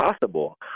possible